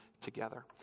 together